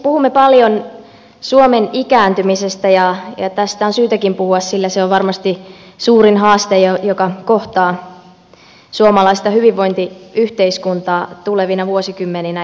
puhumme paljon suomen ikääntymisestä ja tästä on syytäkin puhua sillä se on varmasti suurin haaste joka kohtaa suomalaista hyvinvointiyhteiskuntaa tulevina vuosikymmeninä